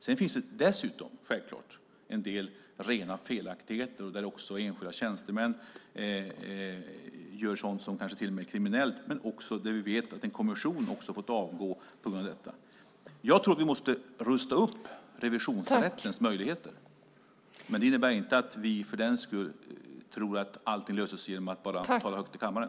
Sedan finns det dessutom en del rena felaktigheter, och enskilda tjänstemän gör sådant som kanske till och med är kriminellt. Vi vet också att en kommission har fått avgå på grund av detta. Jag tror att vi måste rusta upp revisionsrättens möjligheter. Det innebär inte att vi för den skull tror att allting löses bara genom att man talar högt i kammaren.